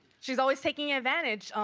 she's always taking advantage.